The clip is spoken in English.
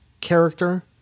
character